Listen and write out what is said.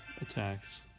attacks